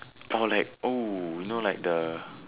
or like oh you know like the